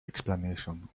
explanation